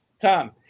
Tom